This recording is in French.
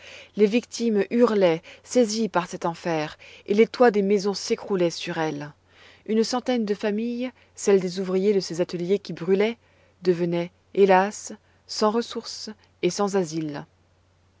les victimes hurlaient saisies par cet enfer et les toits des maisons s'écroulaient sur elles une centaine de familles celles des ouvriers de ces ateliers qui brûlaient devenaient hélas sans ressource et sans asile